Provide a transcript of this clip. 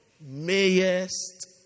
mayest